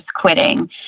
quitting